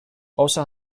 also